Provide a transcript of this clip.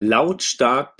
lautstark